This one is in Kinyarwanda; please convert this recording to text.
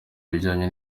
bijyanye